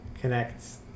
connects